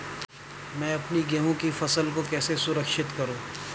मैं अपनी गेहूँ की फसल को कैसे सुरक्षित करूँ?